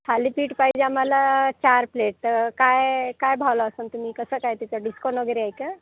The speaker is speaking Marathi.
थालिपीट पाहिजे आम्हाला चार प्लेट काय काय भाव लावसान तुम्ही कसं काय त्याचा डिसकाँट वगैरे आहे का